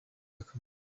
kamonyi